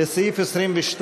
לסעיף 22,